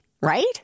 right